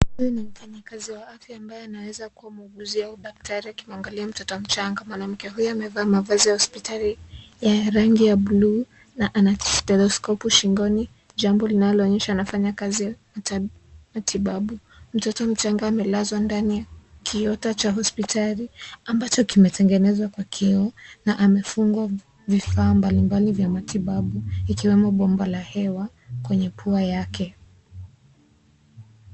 Huyu ni mfanyakazi wa afya ambaye anaweza kuwa mwuguzi au daktari akimwangalia mtoto mchanga. Mwanamke huyu amevaa mavazi ya hospitali ya rangi ya buluu na ana stethoskopu shingoni, jambao linaloonyesha anafanya kazi kupata matibabu. Mtoto mchanga amelazwa ndani ya kiota cha hospitali ambacho kimetengenezwa kwa kioo na amefungwa vifaa mbalimbali vya matibabu, ikiwemo bomba la hewa kwenye pua yake.